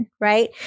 right